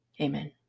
Amen